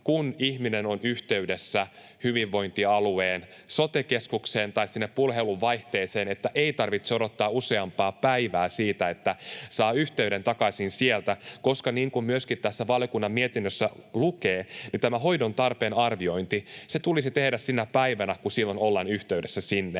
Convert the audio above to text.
kun ihminen on yhteydessä hyvinvointialueen sote-keskukseen tai sinne puhelinvaihteeseen, niin ei tarvitse odottaa useampaa päivää, että saa yhteyden takaisin sieltä, koska niin kuin myöskin tässä valiokunnan mietinnössä lukee, tämä hoidon tarpeen arviointi tulisi tehdä sinä päivänä, kun silloin ollaan yhteydessä sinne.